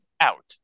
out